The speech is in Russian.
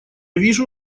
вижу